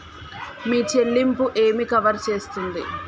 మీ చెల్లింపు ఏమి కవర్ చేస్తుంది?